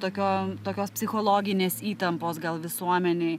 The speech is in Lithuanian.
tokio tokios psichologinės įtampos gal visuomenėj